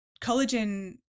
collagen